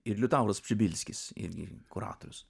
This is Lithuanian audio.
ir liutauras pšibilskis ir kuratorius